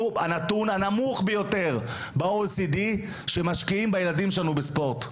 אנחנו עם הנתון הנמוך ביותר ב-OECD של השקעה בילדים שלנו בספורט.